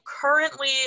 currently